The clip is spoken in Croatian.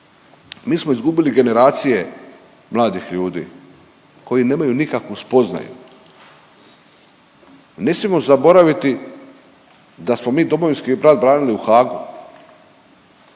Mi smo izgubili generacije mladih ljudi koji nemaju nikakvu spoznaju. Ne smijemo zaboraviti da smo domovinski … branili u Haagu,